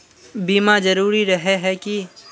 बीमा जरूरी रहे है की?